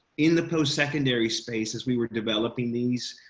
in the post secondary space as we were developing these